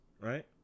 right